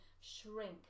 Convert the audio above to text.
shrink